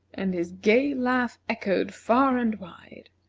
and his gay laugh echoed far and wide.